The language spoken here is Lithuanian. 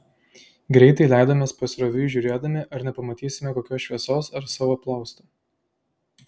greitai leidomės pasroviui žiūrėdami ar nepamatysime kokios šviesos ar savo plausto